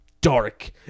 dark